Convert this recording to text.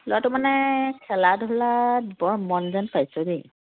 ল'ৰাটো মানে খেলা ধূলা বৰ মন যেন পাইছোঁ দেই